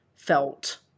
felt